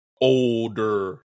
older